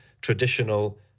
traditional